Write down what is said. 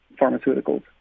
pharmaceuticals